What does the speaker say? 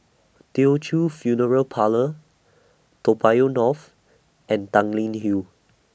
Teochew Funeral Parlour Toa Payoh North and Tanglin Hill